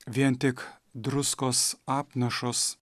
vien tik druskos apnašos